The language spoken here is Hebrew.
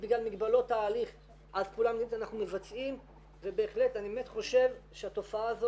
אנחנו מדברים כאן על חינוך, על אוכלוסייה,